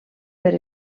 per